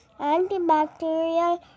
antibacterial